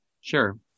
sure